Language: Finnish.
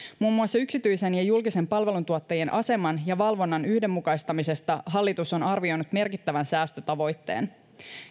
mm yksityisten ja julkisten palveluntuottajien aseman ja valvonnan yhdenmukaistamisesta hallitus on arvioinut merkittävän säästötavoitteen